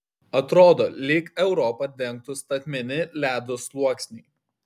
atrodo lyg europą dengtų statmeni ledo sluoksniai